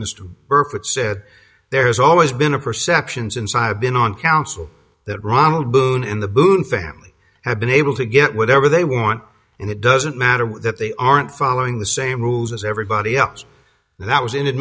said there's always been a perceptions inside been on council that ronald boone and the boone family have been able to get whatever they want and it doesn't matter that they aren't following the same rules as everybody else that was in